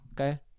okay